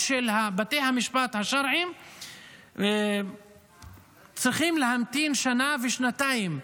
של בתי המשפט השרעיים צריכים להמתין שנה ושנתיים.